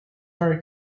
part